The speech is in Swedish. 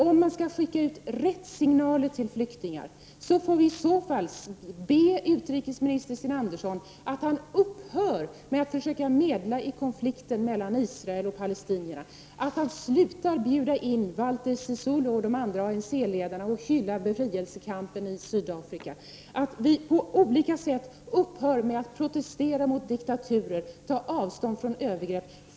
Om man skall skicka ut rätt signaler till flyktingar måste man be utrikesminister Sten Andersson att han upphör med att försöka medla i konflikten mellan Israel och palestinierna, att han slutar bjuda in Walter Sisulu och de andra ANC-ledarna och att hylla befrielskampen i Sydafrika. Vi får då upphöra med att på olika sätt protestera mot diktaturer och ta avstånd från övergrepp.